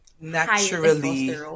naturally